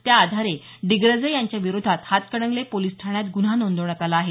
त्याआधारे डिग्रजे यांच्याविरोधात हातकणंगले पोलिस ठाण्यात गुन्हा नोंदवण्यात आला आहे